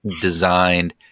designed